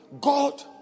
God